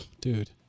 dude